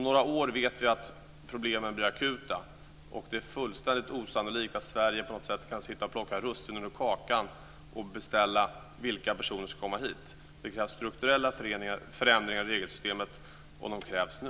Vi vet att problemen blir akuta inom några år, och det är fullständigt osannolikt att Sverige kan sitta och plocka russinen ur kakan och beställa de personer som ska komma hit. Det krävs strukturella förändringar i regelverket och de krävs nu.